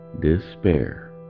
despair